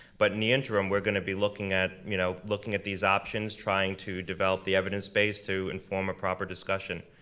but in the interim, we're gonna be looking at, you know looking at these options, trying to develop the evidence base to inform a proper discussion.